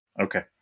Okay